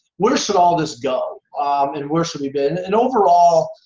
where should all this go and where should we been? and, overall,